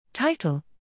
Title